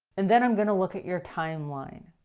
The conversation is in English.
and then i'm going to look at your timeline.